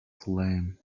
flame